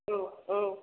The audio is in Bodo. औ औ